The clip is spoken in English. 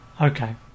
Okay